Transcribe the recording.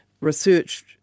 research